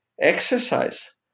exercise